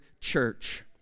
Church